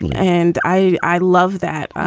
and i i love that,